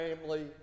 family